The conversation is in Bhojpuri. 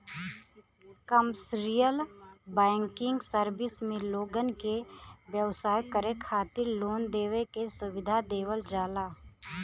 कमर्सियल बैकिंग सर्विस में लोगन के व्यवसाय करे खातिर लोन देवे के सुविधा देवल जाला